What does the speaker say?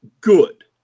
good